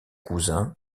cousin